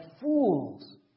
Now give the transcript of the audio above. fools